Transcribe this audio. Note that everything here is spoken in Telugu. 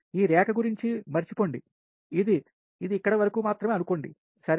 ఈ రేఖ గురించి మరచి పొండి ఇదిఇది ఇక్కడి వరకూ మాత్రమే అనుకోండి సరే